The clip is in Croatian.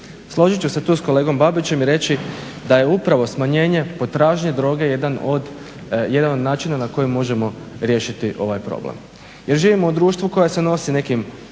Složit ću se tu s kolegom Babićem i reći da je upravo smanjenje potražnje droge jedan od načina na koji možemo riješiti ovaj problem jer živimo u društvu koje se nosi s nekim